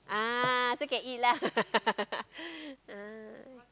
ah so can eat lah ah